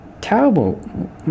Terrible